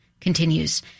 continues